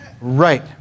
Right